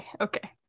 Okay